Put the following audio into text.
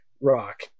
Rock